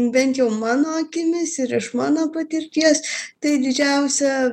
bent jau mano akimis ir iš mano patirties tai didžiausia